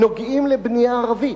נוגעים לבנייה ערבית.